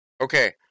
Okay